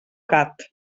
gat